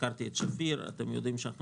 הזכרתי את שפיר; אתם יודעים שאנחנו